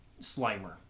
Slimer